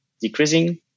decreasing